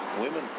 women